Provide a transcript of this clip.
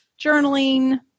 journaling